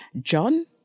John